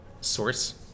source